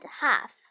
half